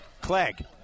Clegg